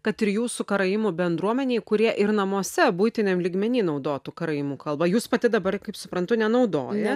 kad ir jūsų karaimų bendruomenėj kurie ir namuose buitiniam lygmeny naudotų karaimų kalbą jūs pati dabar kaip suprantu nenaudoja